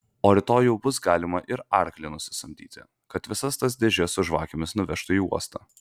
o rytoj jau bus galima ir arklį nusisamdyti kad visas tas dėžes su žvakėmis nuvežtų į uostą